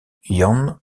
jon